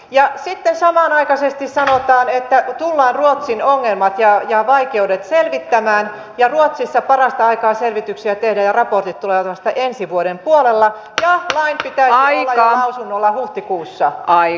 ja sitten samanaikaisesti sanotaan että tullaan ruotsin ongelmat ja vaikeudet selvittämään mutta ruotsissa parasta aikaa selvityksiä tehdään ja raportit tulevat vasta ensi vuoden puolella ja lain pitäisi olla jo lausunnolla huhtikuussa